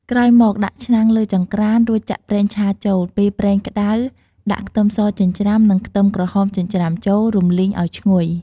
ក្រោយមក ដាក់ឆ្នាំងលើចង្ក្រាន រួចចាក់ប្រេងឆាចូល ពេលប្រេងក្ដៅ ដាក់ខ្ទឹមសចិញ្ច្រាំ និងខ្ទឹមក្រហមចិញ្ច្រាំចូល រំលីងឲ្យឈ្ងុយ។